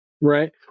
Right